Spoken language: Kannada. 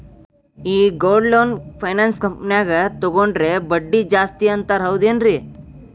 ಈ ಗೋಲ್ಡ್ ಲೋನ್ ಫೈನಾನ್ಸ್ ಕಂಪನ್ಯಾಗ ತಗೊಂಡ್ರೆ ಬಡ್ಡಿ ಜಾಸ್ತಿ ಅಂತಾರ ಹೌದೇನ್ರಿ?